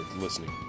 listening